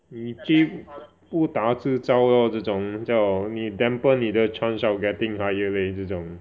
你去不打自招 lor 这种叫你 dampen 你的 chance of getting hired leh 这种